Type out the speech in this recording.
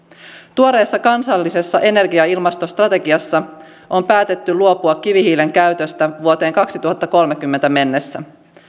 tuoreessa kansallisessa energia ja ilmastostrategiassa on päätetty luopua kivihiilen käytöstä vuoteen kaksituhattakolmekymmentä mennessä